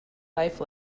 life